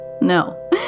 No